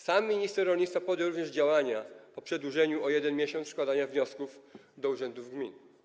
Sam minister rolnictwa podjął również działania dotyczące przedłużenia o jeden miesiąc składania wniosków do urzędów gmin.